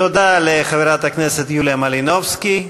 תודה לחברת הכנסת יוליה מלינובסקי.